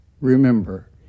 remember